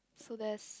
so that's